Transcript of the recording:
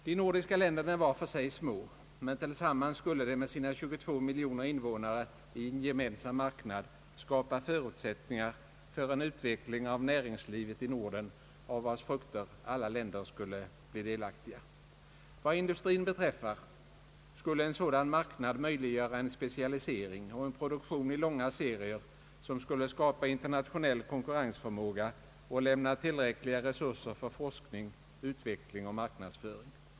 De nordiska länderna är var för sig små, men tillsammans skulle de med sina 22 miljoner invånare i en gemensam marknad skapa förutsättningar för en utveckling av näringslivet i Norden, av vars frukter alla länderna skulle bli delaktiga. Vad industrin beträffar skulle en sådan marknad möjliggöra en specialisering och en produktion i långa serier som skulle skapa internationell konkurrensförmåga och lämna tillräckliga resurser för forskning, utveckling och marknadsföring.